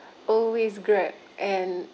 always Grab and